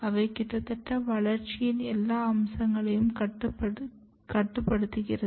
அவை கிட்டத்தட்ட வளர்ச்சியில் எல்லா அம்சங்களையும் கட்டுப்படுத்துகிறது